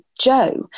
Joe